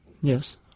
yes